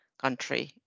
country